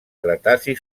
cretaci